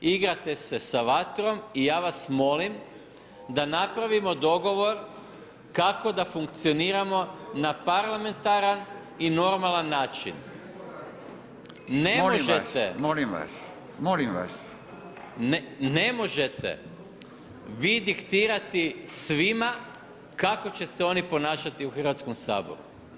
Igrate sa vatrom i ja vas molim da napravimo dogovor kako da funkcioniramo na parlamentaran i normalan način [[Upadica: molim vas, molim vas.]] Ne možete vi diktirati svima kako će se oni ponašati u Hrvatskom saboru.